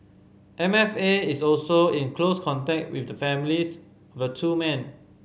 M F A is also in close contact with the families of two men